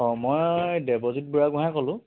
অ মই দেৱজিত বুঢ়াগোঁহায়ে ক'লোঁ